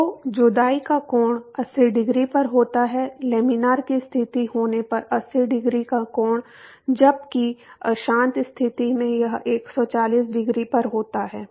तो जुदाई का कोण 80 डिग्री पर होता है लैमिनार की स्थिति होने पर 80 डिग्री का कोण जबकि अशांत स्थिति में यह 140 डिग्री पर होता है